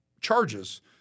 charges